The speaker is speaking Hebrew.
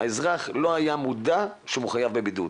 האזרח לא היה מודע לכך שהוא מחויב בבידוד,